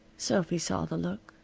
sophy saw the look.